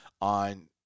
on